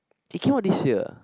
it came out this year